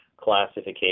classification